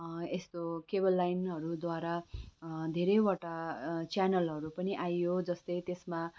यस्तो केबल लाइनहरूद्वारा धेरैवटा च्यानलहरू पनि आयो जस्तै त्यसमा